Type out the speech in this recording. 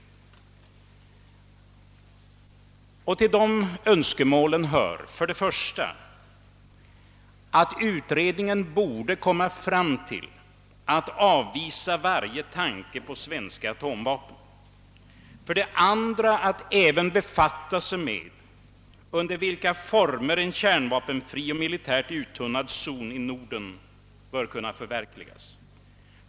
Det första av dessa önskemål är att utredningen borde avvisa varje tanke på svenska atomvapen. För det andra borde utredas under vilka former en kärnvapenfri och militärt uttunnad zon i Norden bör kunna förverkligas.